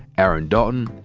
aaron dalton,